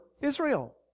Israel